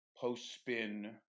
post-spin